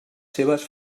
seves